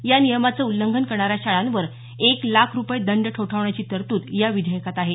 या नियमाचं उल्लंघन करणाऱ्या शाळांवर एक लाख रुपये दंड ठोठावण्याची तरतूद या विधेयकात आहे